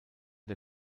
der